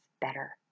better